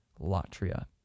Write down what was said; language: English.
latria